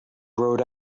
rode